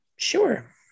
sure